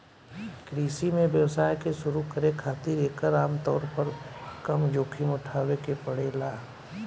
कृषि में व्यवसाय के शुरू करे खातिर एकर आमतौर पर कम जोखिम उठावे के पड़ेला